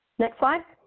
next slide.